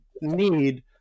need